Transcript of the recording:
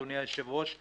אדוני היושב-ראש,